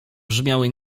brzmiały